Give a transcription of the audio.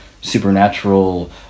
supernatural